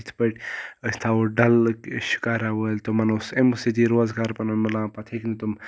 یِتھ پٲٹھۍ أسۍ تھَوَو ڈَلٕکۍ شِکارا وٲلۍ تِمَن اوس اَمہِ سۭتی روزگار پَنُن مِلان پَتہٕ ہیٚکۍ نہٕ تِم